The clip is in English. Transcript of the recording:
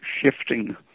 shifting